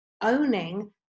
owning